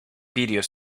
videos